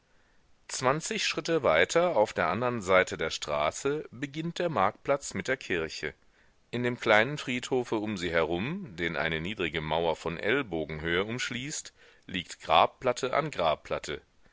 zwanzig schritte weiter auf der andern seite der straße beginnt der marktplatz mit der kirche in dem kleinen friedhofe um sie herum den eine niedrige mauer von ellbogenhöhe umschließt liegt grabplatte an grabplatte